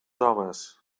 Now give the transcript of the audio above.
homes